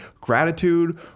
gratitude